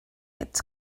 its